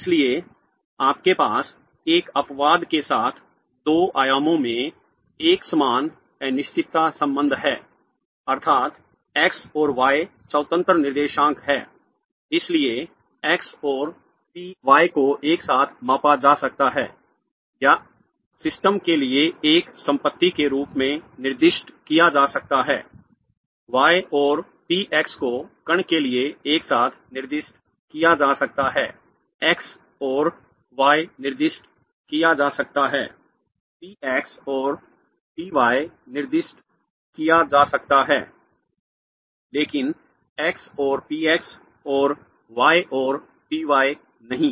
इसलिए आपके पास एक अपवाद के साथ दो आयामों में एक समान अनिश्चितता संबंध है अर्थात् x और y स्वतंत्र निर्देशांक हैं इसलिए x और p y को एक साथ मापा जा सकता है या सिस्टम के लिए एक संपत्ति के रूप में निर्दिष्ट किया जा सकता है y और p x को कण के लिए एक साथ निर्दिष्ट किया जा सकता है x और y निर्दिष्ट किया जा सकता है p x और p y निर्दिष्ट किया जा सकता है लेकिन x और p x और y और p y नहीं